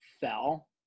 fell